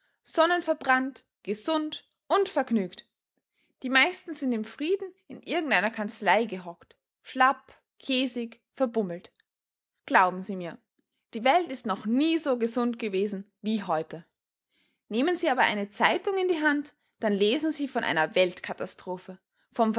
sonnenverbrannt gesund und vergnügt die meisten sind im frieden in irgendeiner kanzlei gehockt schlapp käsig verbummelt glauben sie mir die welt ist noch nie so gesund gewesen wie heute nehmen sie aber eine zeitung in die hand dann lesen sie von einer weltkatastrophe vom